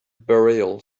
burial